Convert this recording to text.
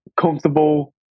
comfortable